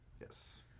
Yes